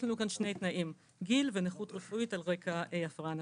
יש לנו שני תנאים גיל ונכות רפואית על רקע הפרעה נפשית.